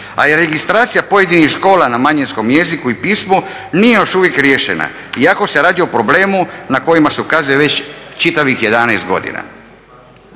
a i registracija pojedinih škola na manjinskom jeziku i pismu nije još uvijek riješena iako se radi o problemu na kojima se ukazuje već čitavih 11 godina.